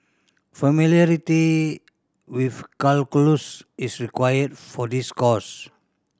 familiarity with calculus is required for this course